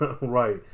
right